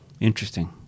Interesting